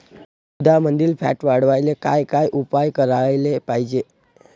दुधामंदील फॅट वाढवायले काय काय उपाय करायले पाहिजे?